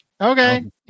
Okay